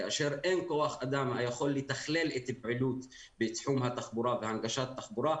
כאשר אין כוח אדם היכול לתכלל את הפעילות בתחום התחבורה והנגשת תחבורה,